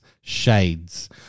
shades